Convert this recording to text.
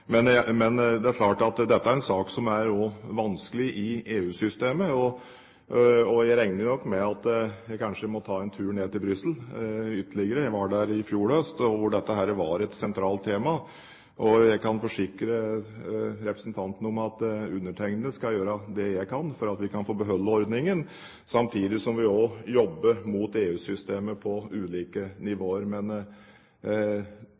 Det er klart at dette er en sak som er vanskelig i EU-systemet. Jeg regner nok med at jeg kanskje må ta en tur til Brussel – jeg var der i fjor høst, der dette var et sentralt tema. Jeg kan forsikre representanten om at jeg skal gjøre det jeg kan for at vi kan få beholde ordningen, samtidig som vi også jobber mot EU-systemet på ulike